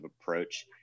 approach